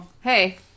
Hey